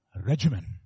regimen